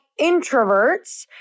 introverts